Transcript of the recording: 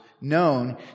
known